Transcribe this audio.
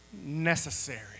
necessary